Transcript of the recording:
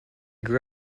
grew